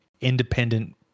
independent